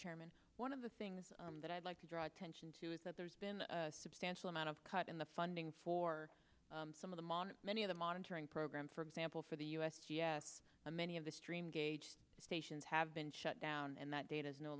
chairman one of the things that i'd like to draw attention to is that there's been a substantial amount of cut in the funding for some of them on many of the monitoring programs for example for the u s g s many of the stream gauge stations have been shut down and that data is no